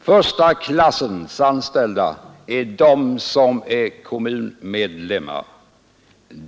Första klassens anställda är de som är kommunmedlemmar.